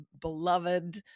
beloved